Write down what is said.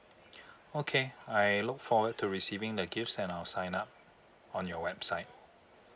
okay I look forward to receiving the gifts and I'll sign up on your website